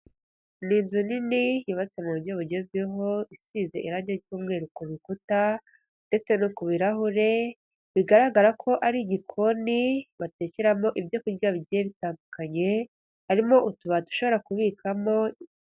Ni inzu nini yubatse mu buryo bugezweho, isize irangi ry'umweru ku rukuta, ndetse no ku birarahure, bigaragara ko ari igikoni batekeramo ibyo kurya bigiye bitandukanye, harimo utubati ushobora kubikamo.